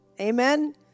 Amen